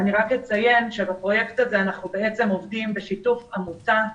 אני אציין שבפרויקט הזה אנחנו עובדים בשיתוף עמותה.